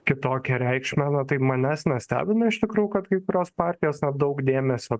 kitokią reikšmę na tai manęs nestebina iš tikrųjų kad kai kurios partijos daug dėmesio